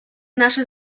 nasze